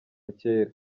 kera